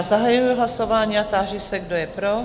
Zahajuji hlasování a táži se, kdo je pro?